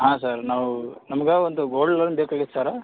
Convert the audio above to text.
ಹಾಂ ಸರ್ ನಾವೂ ನಮಗೆ ಒಂದು ಗೋಲ್ಡ್ ಲೋನ್ ಬೇಕಾಗಿತ್ತು ಸರ್